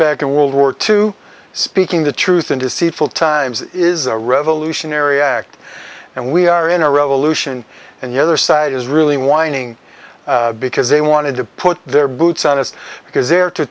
back in world war two speaking the truth in deceitful times is a revolutionary act and we are in a revolution and the other side is really whining because they wanted to put their boots on us because they're to